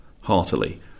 heartily